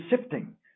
sifting